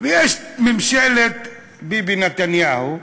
ויש ממשלת ביבי נתניהו,